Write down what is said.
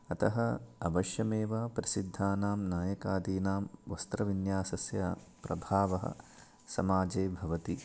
अतः अवश्यमेव प्रसिद्धानां नायकादीनां वस्त्रविन्यासस्य प्रभावः समाजे भवति